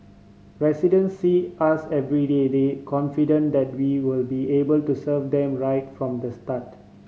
resident see us everyday they confident that we will be able to serve them right from the start